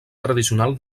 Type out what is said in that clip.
tradicional